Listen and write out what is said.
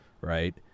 right